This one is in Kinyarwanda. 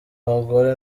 abagore